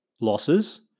losses